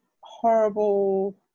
horrible